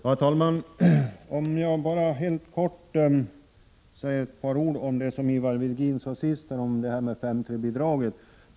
Herr talman! Låt mig bara helt kort säga något om det som Ivar Virgin senast nämnde, 5:3-bidraget.